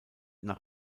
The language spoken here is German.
nach